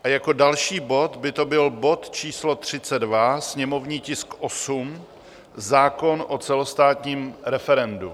A jako další bod by to byl bod číslo 32, sněmovní tisk 8, zákon o celostátním referendu.